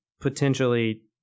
potentially